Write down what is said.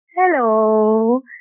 Hello